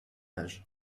âge